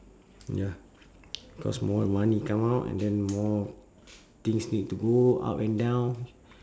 ya cause more money come out and then more things need to go up and down